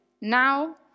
now